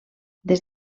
des